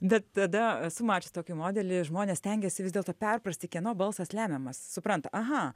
bet tada esu mačius tokį modelį žmonės stengiasi vis dėlto perprasti kieno balsas lemiamas supranta aha